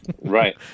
Right